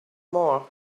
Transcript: more